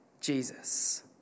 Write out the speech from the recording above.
Jesus